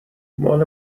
مال